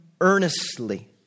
earnestly